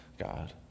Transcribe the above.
God